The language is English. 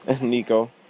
Nico